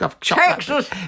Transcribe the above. texas